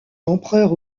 l’empereur